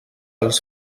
els